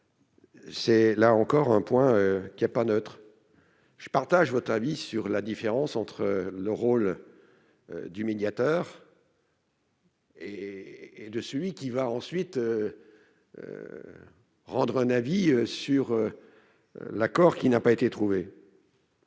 n'est pas neutre, monsieur le ministre. Je partage votre avis sur la différence entre le rôle du médiateur et celui qui consiste à rendre un avis sur l'accord qui n'a pas été trouvé.